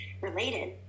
related